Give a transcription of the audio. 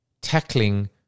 tackling